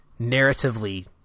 narratively